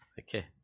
okay